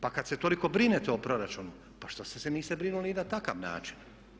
Pa kad se toliko brinete u proračunu pa što se niste brinuli i na takav način.